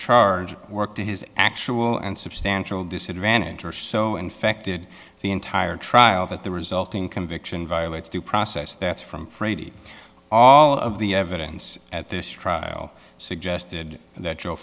charge work to his actual and substantial disadvantage or so infected the entire trial that the resulting conviction violates due process that's from brady all of the evidence at this trial suggested that joe